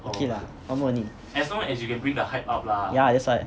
okay lah normal only yeah that's why